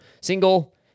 single